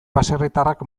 baserritarrak